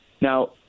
Now